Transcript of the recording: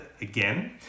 again